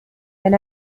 wenn